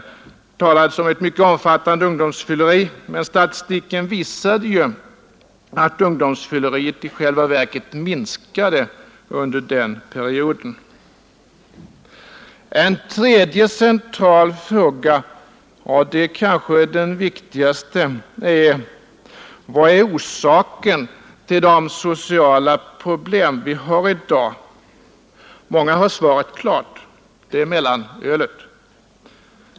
Det talades om ett mycket omfattande ungdomsfylleri, men statistiken visade att ungdomsfylleriet i själva verket minskade under den perioden. En tredje central fråga — och det är kanske den viktigaste — är: Vad är orsaken till de sociala problem vi har i dag? Många har svaret klart: Det är mellanölet.